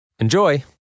Enjoy